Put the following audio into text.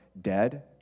dead